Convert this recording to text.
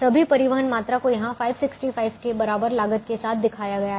सभी परिवहन मात्रा को यहाँ 565 के बराबर लागत के साथ दिखाया गया है